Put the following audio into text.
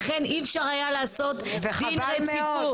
לכן אי אפשר היה לעשות דין רציפות.